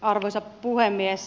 arvoisa puhemies